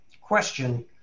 question